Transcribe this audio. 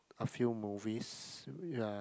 a few movies yea